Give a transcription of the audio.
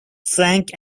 frank